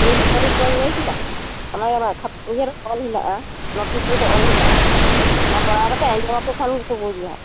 ᱛᱮᱭᱤᱥ ᱛᱟᱹᱨᱤᱠᱷ ᱵᱟᱹᱧ ᱞᱟᱹᱭ ᱠᱮᱫᱟ ᱚᱱᱮ ᱚᱱᱟ ᱠᱷᱟᱯᱩᱜ ᱤᱭᱚᱨᱮ ᱚᱞ ᱦᱮᱱᱟᱜᱼᱟ ᱱᱚᱴᱤᱥ ᱨᱮᱜᱮ ᱚᱞ ᱦᱮᱱᱟᱜᱼᱟ ᱱᱚᱣᱟ ᱯᱟᱲᱦᱟᱣ ᱠᱟᱛᱮ ᱟᱸᱡᱚᱢ ᱟᱠᱚ ᱠᱷᱟᱡ ᱜᱮᱠᱚ ᱵᱩᱡᱷᱟ